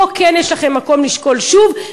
פה כן יש לכם מקום לשקול שוב.